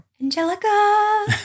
Angelica